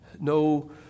no